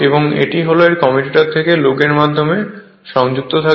এবং এটি এই কমিউটার থেকে লুগের মাধ্যমে সংযুক্ত থাকে